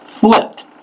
flipped